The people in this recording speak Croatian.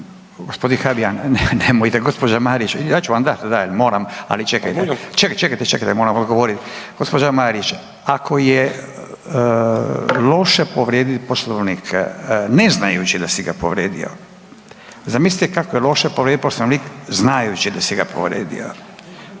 moram, ali čekajte …/Upadica se ne razumije/…čekajte, čekajte, čekajte moram odgovorit. gđa. Marić, ako je loše povrijedit Poslovnik ne znajući da si ga povrijedio, zamislite kako je loše povrijedit Poslovnik znajući da si ga povrijedio?